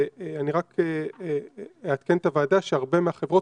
אני רק אעדכן את הוועדה שהרבה מהחברות